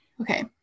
Okay